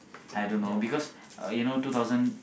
I don't know because uh you know two thousand